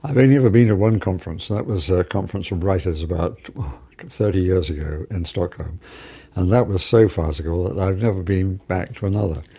i've only ever been to one conference and that was a conference for writers about thirty years ago in stockholm, and that was so farcical that i've never been back to another.